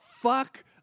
fuck